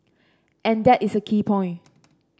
and that is a key point